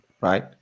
right